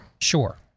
Sure